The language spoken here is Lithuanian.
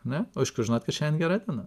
ne o iš kur žinot kad šiandien gera diena